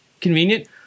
convenient